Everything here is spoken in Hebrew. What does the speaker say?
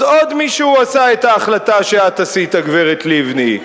אז עוד מישהו עשה את ההחלטה שאת עשית, הגברת לבני.